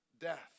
death